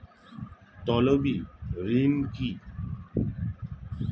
তলবি ঋণ কি?